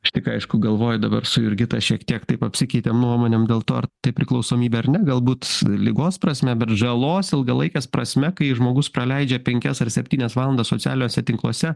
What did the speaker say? aš tik aišku galvoju dabar su jurgita šiek tiek taip apsikeitėm nuomonėm dėl to ar tai priklausomybė ar ne galbūt ligos prasme bet žalos ilgalaikės prasme kai žmogus praleidžia penkias ar septynias valandas socialiniuose tinkluose